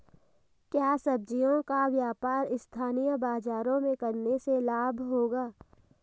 क्या सब्ज़ियों का व्यापार स्थानीय बाज़ारों में करने से लाभ होगा?